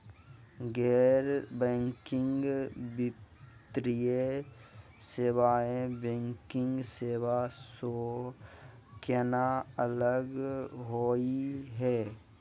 गैर बैंकिंग वित्तीय सेवाएं, बैंकिंग सेवा स केना अलग होई हे?